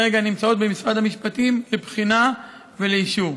וכרגע נמצאות במשרד המשפטים לבחינה ולאישור.